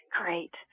Great